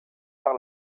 par